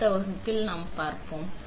அடுத்த வகுப்பில் நான் பார்ப்பேன்